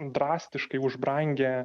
drastiškai užbrangę